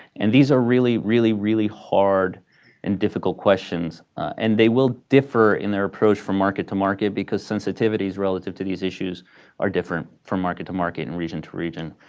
and these are really, really really hard and difficult questions, and they will differ in their approach from market to market because sensitivities relative to these issues are different from market to market and region to region.